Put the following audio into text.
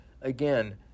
again